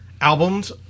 albums